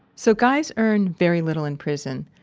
so guys earn very little in prison,